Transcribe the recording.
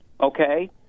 Okay